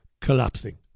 collapsing